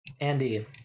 Andy